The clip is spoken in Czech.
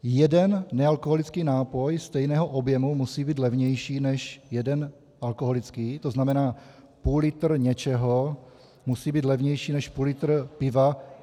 Jeden nealkoholický nápoj stejného objemu musí být levnější než jeden alkoholický, tzn. půllitr něčeho musí být levnější než půllitr piva.